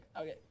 Okay